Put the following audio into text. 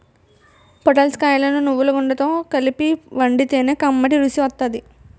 పొటల్స్ కాయలను నువ్వుగుండతో కలిపి వండితే కమ్మటి రుసి వత్తాది